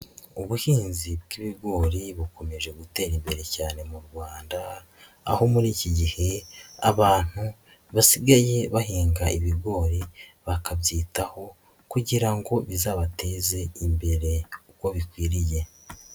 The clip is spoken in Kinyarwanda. Ubuhinzi bw'ibigori bukomeje gutera imbere cyane mu Rwanda, aho muri iki gihe abantu basigaye bahinga ibigori, bakabyitaho kugira ngo bizabateze imbere uko bikwiriye.